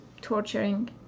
Torturing